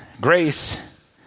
grace